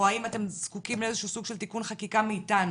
או האם אתם זקוקים לאיזה שהוא תיקון חקיקה מאתנו?